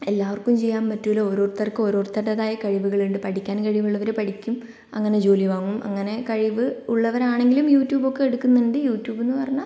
എല്ലാവർക്കും ചെയ്യാൻ പറ്റില്ല ഓരോരുത്തർക്കും ഓരോരുത്തരുടേതായ കഴിവുകൾ ഉണ്ട് പഠിക്കാൻ കഴിവുള്ളവര് പഠിക്കും അങ്ങനെ ജോലി വാങ്ങും അങ്ങനെ കഴിവ് ഉള്ളവരാണെങ്കിലും യൂട്യൂബ് ഒക്കെ എടുക്കുന്നുണ്ട് യൂട്യൂബ് എന്ന് പറഞ്ഞാൽ